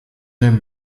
den